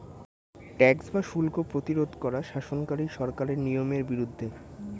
tax বা শুল্ক প্রতিরোধ করা শাসনকারী সরকারের নিয়মের বিরুদ্ধে